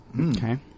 Okay